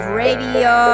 radio